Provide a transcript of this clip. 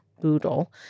boodle